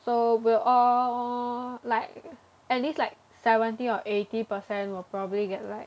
so we'll all like at least like seventy or eighty percent will probably get like